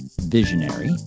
visionary